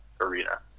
arena